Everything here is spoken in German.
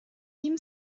ihm